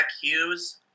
Hughes